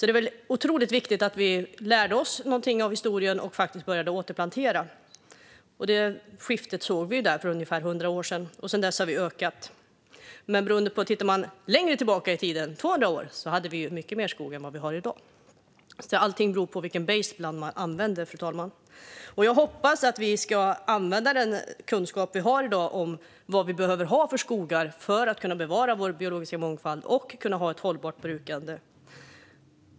Det är otroligt viktigt att vi lärde oss något av historien och började återplantera. Det skiftet kom för ungefär hundra år sedan, och sedan dess har det ökat. Längre tillbaka i tiden - för tvåhundra år sedan - fanns det mycket mer skog än i dag. Allt beror på vilken baseline man använder, fru talman. Jag hoppas att vi ska använda den kunskap vi har i dag om vad vi behöver ha för skogar för att kunna bevara den biologiska mångfalden och ha ett hållbart brukande.